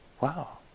Wow